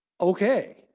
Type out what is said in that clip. okay